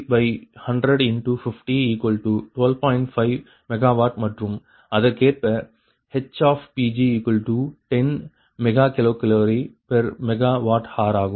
5 MWமற்றும் அதற்கேற்ப HPg10 MkcalMWhr ஆகும்